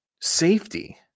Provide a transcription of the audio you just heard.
safety